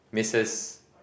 missus